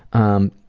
um,